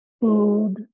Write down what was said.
food